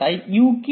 তাই u কি